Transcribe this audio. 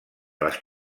les